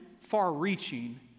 far-reaching